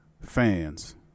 fans